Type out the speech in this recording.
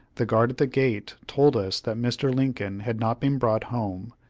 the guard at the gate told us that mr. lincoln had not been brought home,